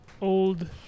old